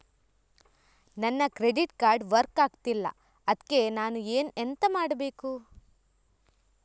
ನನ್ನ credit card work ಆಗ್ತಿಲ್ಲ ಅದ್ಕೆ ನಾನು ಎಂತ ಮಾಡಬೇಕು?